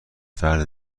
فرد